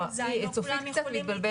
בכיתות ז' לא כולם יכולים להתחסן.